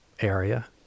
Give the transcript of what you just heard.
area